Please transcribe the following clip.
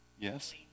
Yes